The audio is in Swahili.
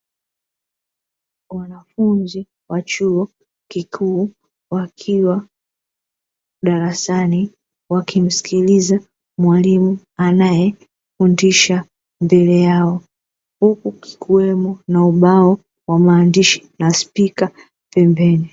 Wanafunzi wa chuo kikuu wakiwa darasani wakimsikiliza mwalimu anayefudisha mbele yao. Huku kukiwemo na ubao wa maandishi, na spika pembeni.